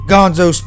Gonzo